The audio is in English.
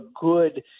good